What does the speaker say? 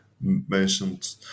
mentioned